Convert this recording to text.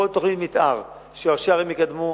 כל תוכנית מיתאר שראשי ערים יקדמו,